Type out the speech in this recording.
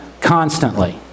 constantly